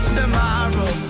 tomorrow